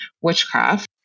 witchcraft